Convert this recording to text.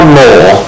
more